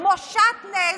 כמו שעטנז,